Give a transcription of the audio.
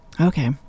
Okay